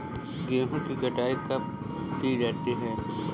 गेहूँ की कटाई कब की जाती है?